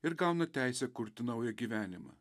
ir gauna teisę kurti naują gyvenimą